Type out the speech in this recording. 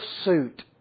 suit